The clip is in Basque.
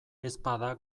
ezpada